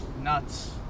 nuts